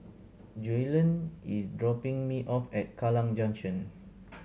Joellen is dropping me off at Kallang Junction